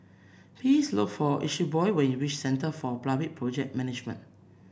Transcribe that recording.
please look for Eusebio when you reach Centre for Public Project Management